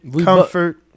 Comfort